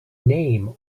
name